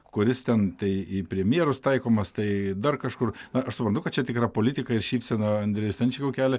kuris ten tai į premjerus taikomas tai dar kažkur aš suprantu kad čia tikra politika ir šypsena andriui stančikui kelia